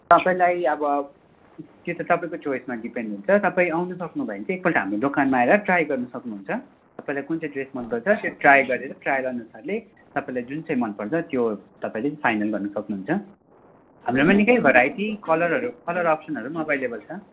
तपाईँलाई अब त्यो त तपाईँको चइसमा डिपेन्ड हुन्छ तपाईँ आउन सक्नुभयो भने चाहिँ एकपल्ट हाम्रो दोकानमा आएर ट्राई गर्नु सक्नुहुन्छ तपाईँलाई कुन चाहिँ ड्रेस मनपर्छ त्यो ट्राई गरेर ट्रायल अनुसारले तपाईँलाई जुन चाहिँ मनपर्छ त्यो तपाईँले फाइनल गर्न सक्नुहुन्छ हाम्रोमा निकै भेराइटी कलरहरू कलर अप्सनहरू पनि अभाइलेबल छ